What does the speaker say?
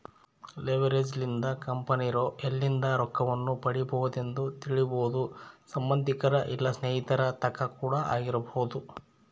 leverage ಲಿಂದ ಕಂಪೆನಿರೊ ಎಲ್ಲಿಂದ ರೊಕ್ಕವನ್ನು ಪಡಿಬೊದೆಂದು ತಿಳಿಬೊದು ಸಂಬಂದಿಕರ ಇಲ್ಲ ಸ್ನೇಹಿತರ ತಕ ಕೂಡ ಆಗಿರಬೊದು